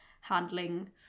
handling